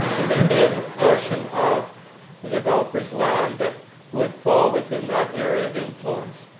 and there is a portion of the developer's land that would fall within that area of influence.